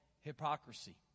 hypocrisy